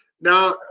now